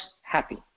happy